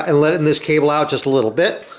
and letting this cable out just a little bit.